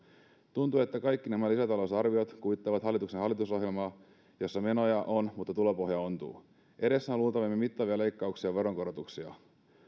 tuntuu että kaikki nämä lisätalousarviot kuittaavat hallituksen hallitusohjelmaa jossa menoja on mutta tulopohja ontuu edessä on luultavimmin mittavia leikkauksia ja veronkorotuksia